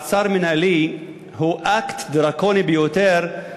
מעצר מינהלי הוא אקט דרקוני ביותר,